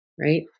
right